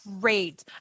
great